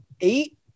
Eight